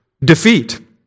defeat